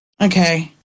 Okay